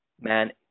man